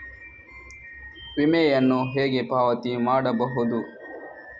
ವಿಮೆಯನ್ನು ಹೇಗೆ ಪಾವತಿ ಮಾಡಬಹುದು?